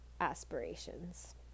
aspirations